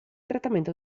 trattamento